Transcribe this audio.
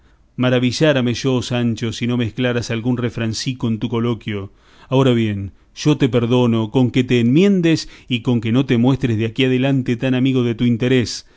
encomienda maravillárame yo sancho si no mezclaras algún refrancico en tu coloquio ahora bien yo te perdono con que te emiendes y con que no te muestres de aquí adelante tan amigo de tu interés